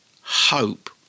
hope